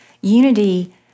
unity